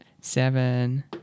seven